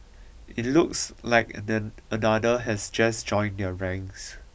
it looks like another has just joined their ranks